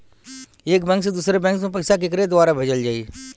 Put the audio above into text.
एक बैंक से दूसरे बैंक मे पैसा केकरे द्वारा भेजल जाई?